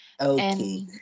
Okay